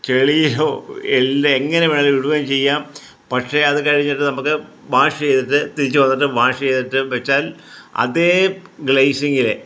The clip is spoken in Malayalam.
ചെളിയോ എല്ലാം എങ്ങനെ വേണേലും ഇടുവോം ചെയ്യാം പക്ഷേ അത് കഴിഞ്ഞിട്ട് നമുക്ക് വാഷ് ചെയ്തിട്ട് തിരിച്ച് വന്നിട്ട് വാഷ് ചെയ്തിട്ട് വെച്ചാൽ അതേ ഗ്ലേസിങ്ങിൽ